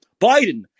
Biden